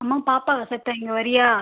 அம்மா பாப்பா சித்த இங்கே வரியா